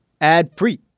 Ad-free